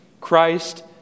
Christ